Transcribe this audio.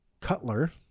Cutler